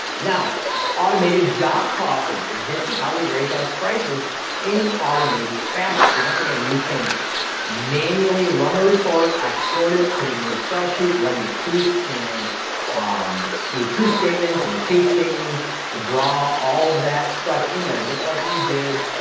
now automated job costs. this is how we raise our prices in an automated fashion. so once again you can manually run the report export it put into an excel sheet run your truth and um your true statements and your case statements and draw all. that stuff in there just like we did.